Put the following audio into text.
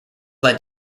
led